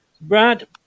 Brad